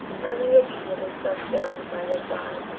tarling obediently sunk down by her side.